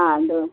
आं दवर